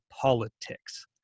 politics